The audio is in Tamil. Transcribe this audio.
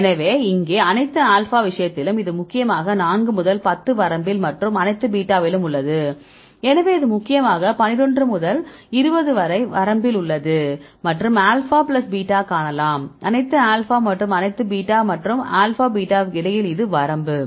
எனவே இங்கே அனைத்து ஆல்பா விஷயத்திலும் இது முக்கியமாக 4 முதல் 10 வரம்பில் மற்றும் அனைத்து பீட்டாவிலும் உள்ளது எனவே இது முக்கியமாக 11 முதல் 20 வரம்பில் உள்ளது மற்றும் ஆல்பா பிளஸ் பீட்டா காணலாம் அனைத்து ஆல்பா மற்றும் அனைத்து பீட்டா மற்றும் ஆல்பா பீட்டாவிற்கும் இடையில் இது வரம்பு